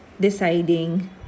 deciding